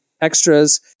extras